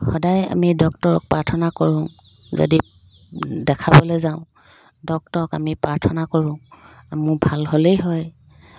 সদায় আমি ডক্তৰক প্ৰাৰ্থনা কৰোঁ যদি দেখাবলৈ যাওঁ ডক্তৰক আমি প্ৰাৰ্থনা কৰোঁ মোৰ ভাল হ'লেই হয়